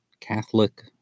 Catholic